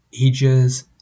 ages